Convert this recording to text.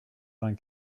vingt